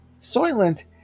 Soylent